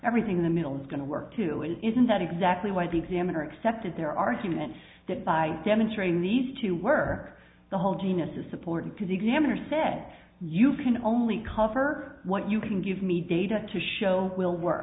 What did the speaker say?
everything in the middle is going to work to it isn't that exactly why the examiner accepted their argument that by demonstrating these to work the whole genus is supported because the examiner said you can only cover what you can give me data to show will work